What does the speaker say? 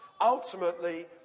Ultimately